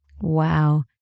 Wow